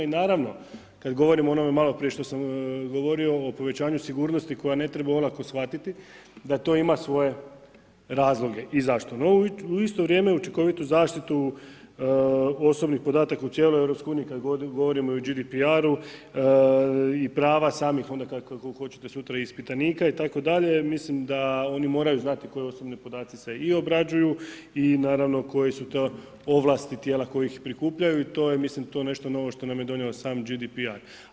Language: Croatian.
I naravno kad govorim o onome maloprije što sam govorio, o povećanju sigurnosti koju ne treba olako shvatiti, da to ima svoje razloge i zašto, no u isto vrijeme učinkovitu zaštitu osobnih podataka u cijeloj EU kad govorimo o GDPR-u i prava samih onda ako hoćete ispitanika itd. mislim da oni moraju znati koji osobni podaci se i obrađuju i naravno koje su to ovlasti tijela koje ih prikupljaju i to je mislim to nešto novo što nam je donio sam GDPR.